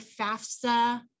FAFSA